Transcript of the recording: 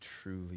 truly